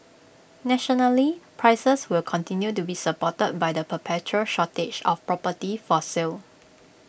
nationally prices will continue to be supported by the perpetual shortage of property for sale